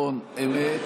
נכון, אמת.